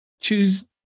choose